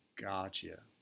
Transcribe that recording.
Gotcha